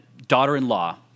daughter-in-law